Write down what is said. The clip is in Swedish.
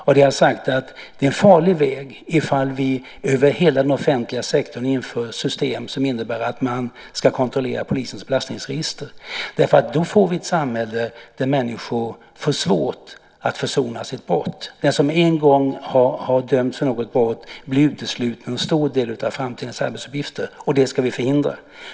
Och jag har sagt att det är en farlig väg om vi i hela den offentliga sektorn inför system som innebär att man ska kontrollera polisens belastningsregister. Då får vi ett samhälle där människor får svårt att sona brott. Den som en gång har dömts för något brott blir utesluten från en stor del av framtidens arbetsuppgifter. Det ska vi förhindra.